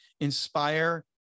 inspire